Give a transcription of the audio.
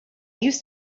used